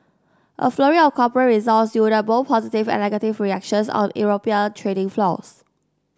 a flurry of corporate results yielded both positive and negative reactions on European trading floors